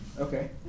Okay